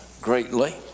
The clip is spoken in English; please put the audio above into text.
greatly